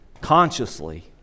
consciously